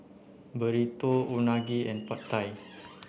Burrito Unagi and Pad Thai